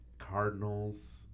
Cardinals